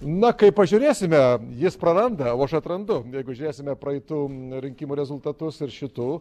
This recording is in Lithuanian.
na kaip pažiūrėsime jis praranda o aš atrandu jeigu žiūrėsime praeitų rinkimų rezultatus ir šitų